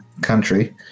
country